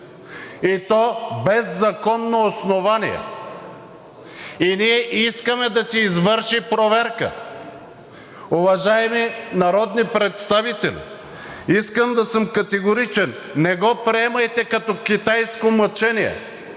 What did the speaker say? и то без законно основание и ние искаме да се извърши проверка. Уважаеми народни представители, искам да съм категоричен, не го приемайте като китайско мъчение,